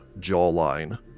jawline